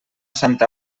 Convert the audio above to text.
santa